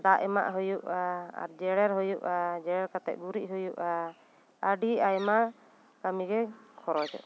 ᱫᱟᱜ ᱮᱢᱟᱜ ᱦᱩᱭᱩᱜᱼᱟ ᱡᱮᱨᱮᱲ ᱦᱩᱭᱩᱜᱼᱟ ᱟᱨ ᱡᱮᱨᱮᱲ ᱠᱟᱛᱮᱜ ᱜᱩᱨᱤᱡ ᱦᱩᱭᱩᱜᱼᱟ ᱟᱹᱰᱤ ᱟᱭᱢᱟ ᱠᱟᱹᱢᱤ ᱜᱮ ᱠᱷᱚᱨᱚᱪᱚᱜᱼᱟ